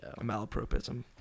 Malapropism